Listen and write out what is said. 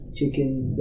chickens